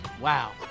Wow